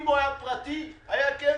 אם הוא היה פרטי, היה זוכה.